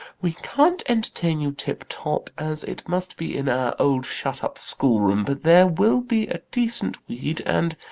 we can't entertain you tip-top, as it must be in our old shut-up schoolroom, but there will be a decent weed and,